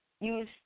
use